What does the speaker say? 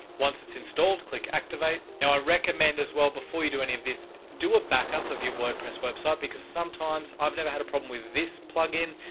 once it's installed click activate. now i ah recommend as well before you do any of this, do a backup of your wordpress website because sometimes i've never had a problem with this plugin,